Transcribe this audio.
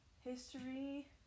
history